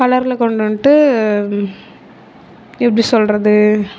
கலரில் கொண்டு வந்துட்டு எப்படி சொல்கிறது